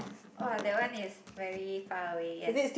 !woah! that one is very far away yes